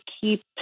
keep